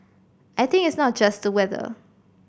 I think it's not just the weather